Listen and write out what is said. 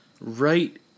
right